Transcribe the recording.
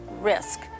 risk